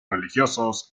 religiosos